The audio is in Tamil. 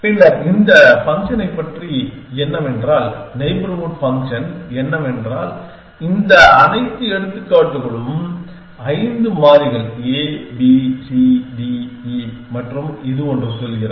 பின்னர் இந்த ஃபங்க்ஷனைப் பற்றி என்னவென்றால் நெய்பர்ஹூட் ஃபங்க்ஷன் என்னவென்றால் இந்த அனைத்து எடுத்துக்காட்டுகளும் ஐந்து மாறிகள் a b c d e மற்றும் இது ஒன்று சொல்கிறது